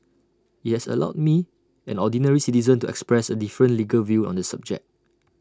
IT has allowed me an ordinary citizen to express A different legal view on this subject